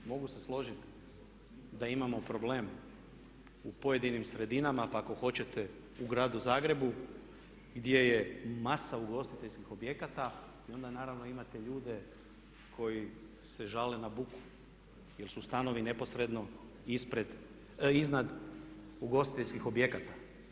Mogu se složiti da imamo problem u pojedinim sredinama pa ako hoćete u Gradu Zagrebu gdje je masa ugostiteljskih objekata i onda naravno imate ljude koji se žale na buku jer su stanovi neposredno iznad ugostiteljskih objekata.